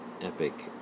epic